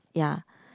ya